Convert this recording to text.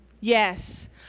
Yes